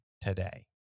today